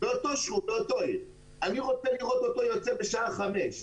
אני רוצה לראות אותו יוצא בשעה חמש,